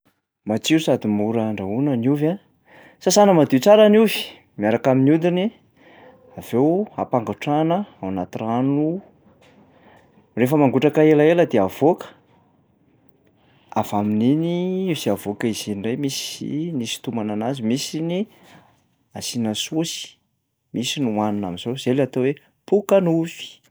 Matsiro sady mora andrahoina ny ovy a. Sasana madio tsara ny ovy miaraka amin'ny hodiny, avy eo ampangotrahana ao anaty rano. Rehefa mangotraka elaela de avoaka, avy amin'iny izy avoaka izy iny ndray misy ny isintomana anazy. Misy ny asiana saosy, misy ny hohanina am'zao, zay le atao hoe pokan'ovy.